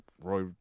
Roy